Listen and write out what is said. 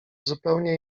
zupełnie